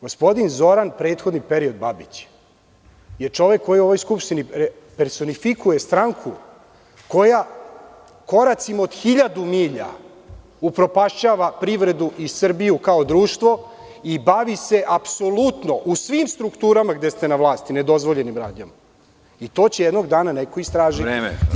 Gospodin Zoran, prethodni period Babić, je čovek koji u ovoj Skupštini personifikuje stranku koja koracima od 1000 milja upropašćava privredu i Srbiju kao društvo i bavi se apsolutno u svim strukturama, gde ste na vlasti, nedozvoljenim radnjama i to će jednog dana neko istražiti.